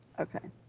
okay,